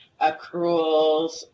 accruals